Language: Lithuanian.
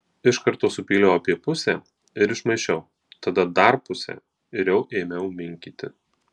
iš karto supyliau apie pusę ir išmaišiau tada dar pusę ir jau ėmiau minkyti